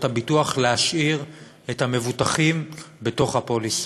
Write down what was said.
הביטוח להשאיר את המבוטחים בתוך הפוליסות.